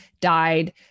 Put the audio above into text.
died